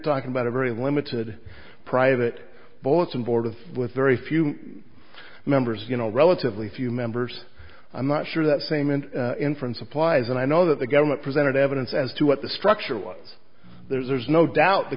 talking about a very limited private bulletin board of with very few members you know relatively few members i'm not sure that same an inference applies and i know that the government presented evidence as to what the structure was there's no doubt the